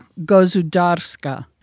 Gozudarska